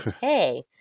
Hey